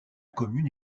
commune